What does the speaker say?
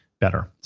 better